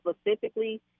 specifically